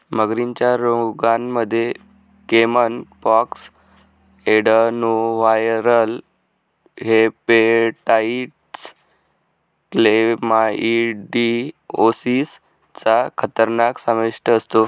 मगरींच्या रोगांमध्ये caiman pox, adenoviral hepatitis, chlamydiosis चा खतरा समाविष्ट असतो